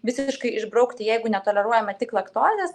visiškai išbraukti jeigu netoleruojame tik laktozės